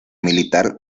militar